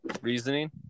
Reasoning